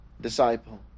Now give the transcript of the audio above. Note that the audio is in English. disciple